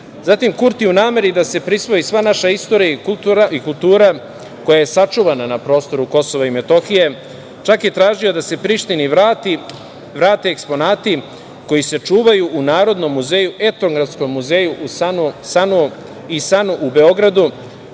KiM.Zatim, Kurti u nameri da se prisvoji sva naša istorija i kultura, koja je sačuvana na prostoru KiM, čak je tražio da se Prištini vrate eksponati koji se čuvaju u Narodnom muzeju, Etnografskom muzeju i SANU u Beogradu,